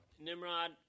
Nimrod